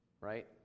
Right